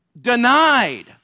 Denied